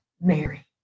Mary